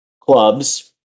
clubs